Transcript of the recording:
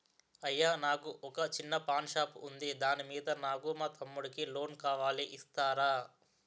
అయ్యా నాకు వొక చిన్న పాన్ షాప్ ఉంది దాని మీద నాకు మా తమ్ముడి కి లోన్ కావాలి ఇస్తారా?